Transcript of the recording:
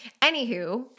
Anywho